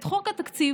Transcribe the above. את חוק התקציב,